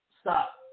stop